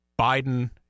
Biden